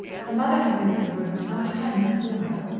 her mother had been in the room some time before her,